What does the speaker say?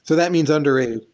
so that means underrated.